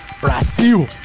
Brazil